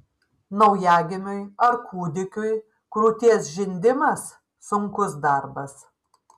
naujagimiui ar kūdikiui krūties žindimas sunkus darbas